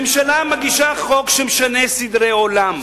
ממשלה מגישה חוק שמשנה סדרי עולם.